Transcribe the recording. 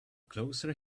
closer